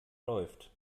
läuft